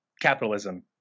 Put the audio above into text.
capitalism